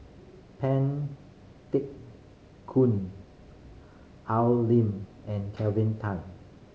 Pang Teck Koon Al Lim and Kelvin Tan